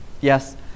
yes